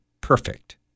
perfect